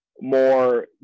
more